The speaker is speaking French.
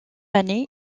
année